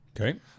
Okay